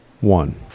one